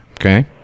Okay